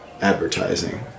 advertising